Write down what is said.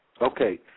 Okay